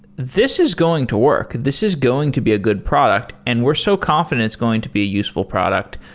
this is going to work. this is going to be a good product, and we're so confident it's going to be a useful product.